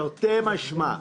תרתי משמע,